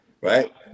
right